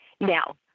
Now